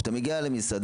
כשאתה מגיע למסעדה,